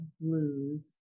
blues